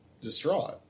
distraught